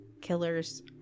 killer's